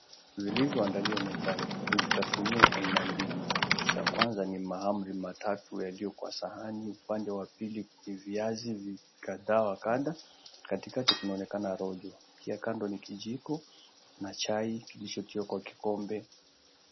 Zilizoandaliwa mezani ni vitafunio aina mbili, cha kwanza ni mahamri matatu yaliyo kwa sahani, upande wa pili ni viazi kadhaa wa kadha. Katikati kunaonekana rojo, pia kando ni kijiko na chai kilichotiwa kwa kikombe.